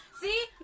See